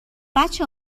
بچه